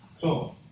Cool